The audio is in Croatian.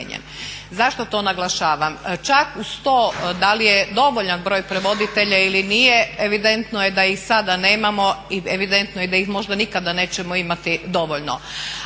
Zašto to naglašavam? Čak uz to da li je dovoljan broj prevoditelja ili nije evidentno je da i sada nemamo i evidentno je da ih možda nikada nećemo imati dovoljno.